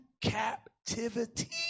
captivity